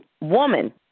woman